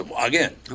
again